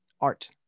art